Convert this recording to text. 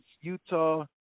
Utah